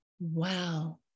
Wow